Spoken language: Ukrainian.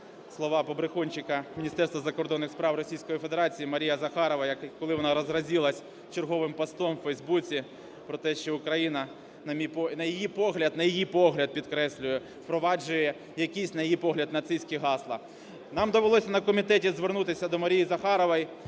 слова побрехунчика Міністерства закордонних справ Російської Федерації Марії Захарової, коли вона разразилась черговим постом в Фейсбуці про те, що Україна, на її погляд, на її погляд, підкреслюю, впроваджує якісь, на її погляд, нацистські гасла. Нам довелось на комітеті звернутися до Марії Захарової